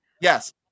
Yes